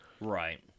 Right